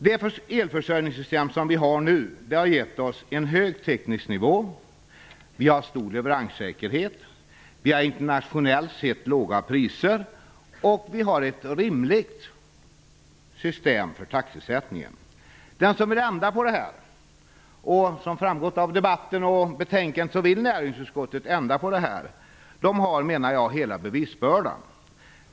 Det elförsörjningssystem som vi har nu har gett oss en hög teknisk nivå, stor leveranssäkerhet, internationellt sett låga priser och ett rimligt system för taxesättning. Den som vill ändra på detta - som framgått av debatten och betänkandet vill näringsutskottet göra det - har, menar jag, hela bevisbördan.